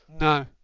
No